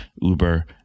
uber